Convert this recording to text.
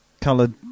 coloured